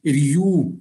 ir jų